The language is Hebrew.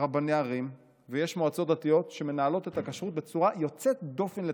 רבני ערים ויש מועצות דתיות שמנהלים את הכשרות בצורה יוצאת דופן לטובה,